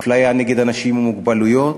אפליה נגד אנשים עם מוגבלויות,